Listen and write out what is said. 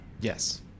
Yes